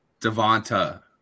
Devonta